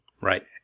Right